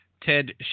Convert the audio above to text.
Ted